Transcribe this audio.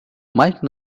mike